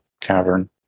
cavern